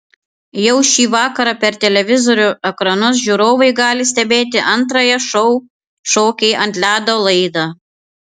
jau šį vakarą per televizorių ekranus žiūrovai gali stebėti antrąją šou šokiai ant ledo laidą